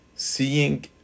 seeing